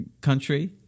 country